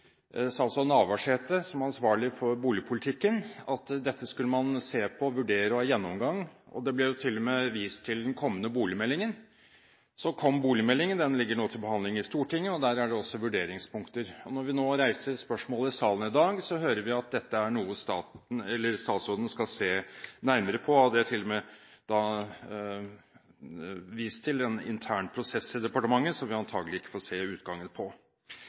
vist til den kommende boligmeldingen. Så kom boligmeldingen, som nå ligger til behandling i Stortinget, og der er det også vurderingspunkter. Når vi nå reiser spørsmålet i salen i dag, hører vi at dette er noe statsråden skal se nærmere på. Det er til og med vist til en intern prosess i departementet, som vi antagelig ikke får se utgangen på.